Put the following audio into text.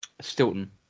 Stilton